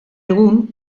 egun